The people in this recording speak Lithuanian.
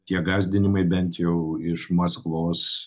tie gąsdinimai bent jau iš maskvos